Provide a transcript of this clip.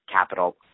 capital